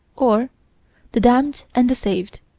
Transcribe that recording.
or the damned and the saved,